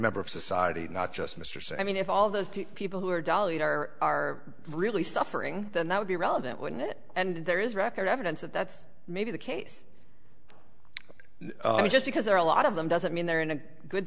member of society not just mr so i mean if all those people who are dolly are really suffering then that would be relevant wouldn't it and there is record evidence that that may be the case just because there are a lot of them doesn't mean they're in a good